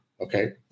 okay